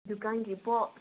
ꯗꯨꯀꯥꯟꯒꯤ ꯄꯣꯠ